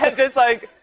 and just like